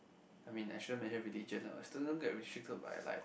I mean I shouldn't mention religion lah but still don't get restricted by like